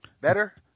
Better